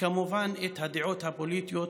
וכמובן את הדעות הפוליטיות,